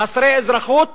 חסרי אזרחות